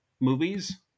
movies